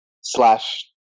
slash